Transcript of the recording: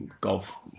Golf